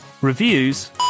Reviews